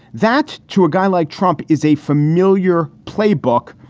that, too, a guy like trump is a familiar playbook.